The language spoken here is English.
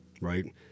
right